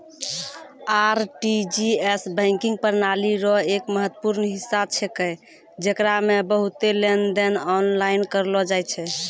RTGS banking प्रणाली रो एक महत्वपूर्ण हिस्सा छेकै जेकरा मे बहुते लेनदेन आनलाइन करलो जाय छै